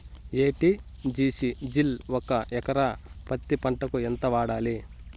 ఎ.టి.జి.సి జిల్ ఒక ఎకరా పత్తి పంటకు ఎంత వాడాలి?